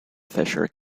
fisher